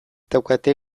daukate